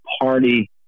party